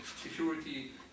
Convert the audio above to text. Security